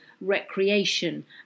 recreation